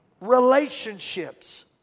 relationships